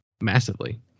massively